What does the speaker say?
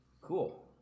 Cool